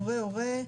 הורה הורה,